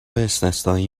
استثنایی